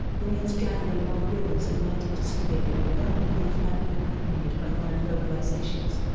males gather along rivers at night and display by rapid wing flapping accompanied by loud vocalizations.